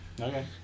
Okay